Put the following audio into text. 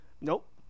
nope